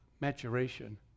maturation